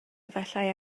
efallai